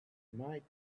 might